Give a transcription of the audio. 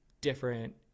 different